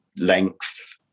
length